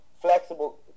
flexible